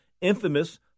infamous